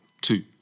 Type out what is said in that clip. two